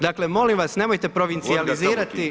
Dakle molim vas nemojte provincijalizirati